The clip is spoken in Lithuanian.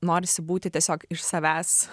norisi būti tiesiog iš savęs